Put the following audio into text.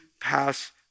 pass